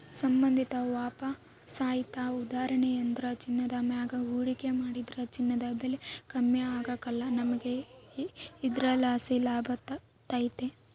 ಸಂಬಂಧಿತ ವಾಪಸಾತಿಯ ಉದಾಹರಣೆಯೆಂದ್ರ ಚಿನ್ನದ ಮ್ಯಾಗ ಹೂಡಿಕೆ ಮಾಡಿದ್ರ ಚಿನ್ನದ ಬೆಲೆ ಕಮ್ಮಿ ಆಗ್ಕಲ್ಲ, ನಮಿಗೆ ಇದರ್ಲಾಸಿ ಲಾಭತತೆ